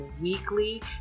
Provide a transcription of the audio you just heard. weekly